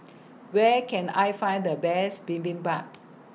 Where Can I Find The Best Bibimbap